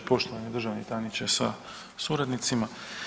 Poštovani državni tajniče sa suradnicima.